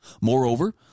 Moreover